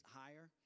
higher